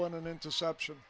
in an interception